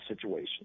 situation